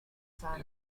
sara